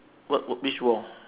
what what which wall